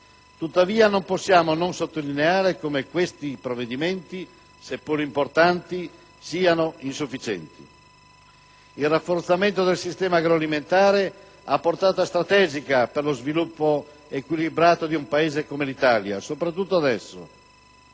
ma non possiamo non sottolineare come questi provvedimenti, seppur importanti, siano insufficienti. Il rafforzamento del sistema agroalimentare ha portata strategica per lo sviluppo equilibrato di un paese come l'Italia, soprattutto adesso.